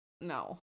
no